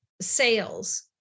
sales